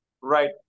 Right